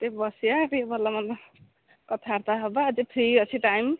ଟିକେ ବସିବା ଟିକେ ଭଲ ମନ୍ଦ କଥାବାର୍ତ୍ତା ହେବା ଆଜି ଫ୍ରି ଅଛି ଟାଇମ୍